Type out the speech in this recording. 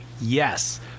Yes